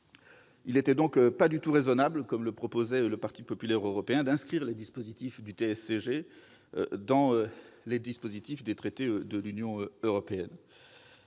il n'était donc pas du tout raisonnable, comme le proposait le parti populaire européen, d'inscrire les dispositifs du TSCG dans les traités de l'Union européenne.